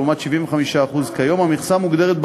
לעומת 75% מהמכסה כיום.